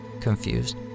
confused